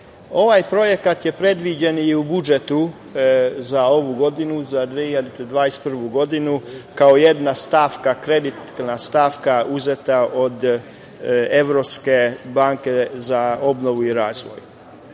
Ovaj projekat je predviđen i u budžetu za ovu godinu, za 2021. godinu kao jedna stavka, kreditna stavka uzeta od Evropske banke za obnovu i razvoj. Sa